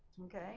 Okay